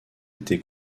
été